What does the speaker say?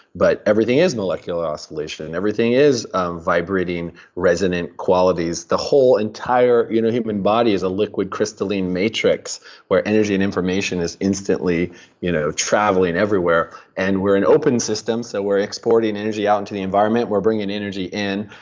but everything is molecular oscillation, and everything is um vibrating resonant qualities. the whole entire you know human body is a liquid crystalline matrix where energy and information is instantly you know traveling everywhere. and we're an open system, so we're exporting and energy out into the environment. we're bringing energy in,